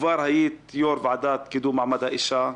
היית יושב-ראש ועדה לקידום מעמד האישה.